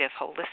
holistic